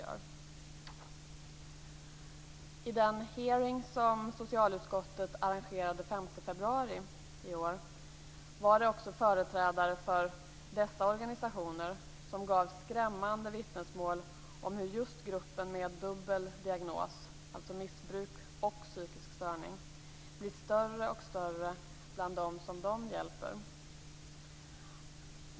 5 februari i år var det också företrädare för dessa organisationer som gav skrämmande vittnesmål om hur just gruppen med dubbel diagnos - missbruk och psykisk störning - blir större och större bland dem som de hjälper.